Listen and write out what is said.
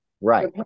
Right